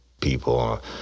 people